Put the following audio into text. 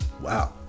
wow